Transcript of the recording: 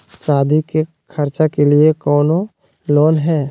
सादी के खर्चा के लिए कौनो लोन है?